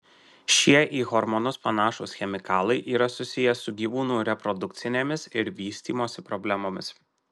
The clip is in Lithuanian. šie į hormonus panašūs chemikalai yra susiję su gyvūnų reprodukcinėmis ir vystymosi problemomis